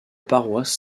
paroisse